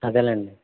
అదెలేండి